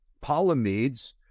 Polymedes